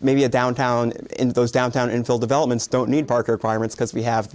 may be a downtown in those downtown infill developments don't need parker pirate's because we have